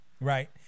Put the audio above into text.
Right